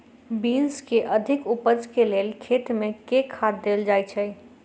Beans केँ अधिक उपज केँ लेल खेत मे केँ खाद देल जाए छैय?